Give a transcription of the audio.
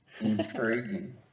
Intriguing